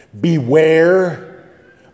Beware